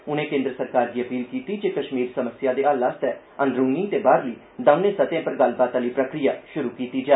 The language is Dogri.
उनें केन्द्र सरकार गी अपील कीती जे कष्मीर समस्या दे हल लेई अंदरूनी ते बाह्रली दौने सतहें उप्पर गल्लबात आहली प्रक्रिया षुरु कीती जा